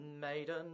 maiden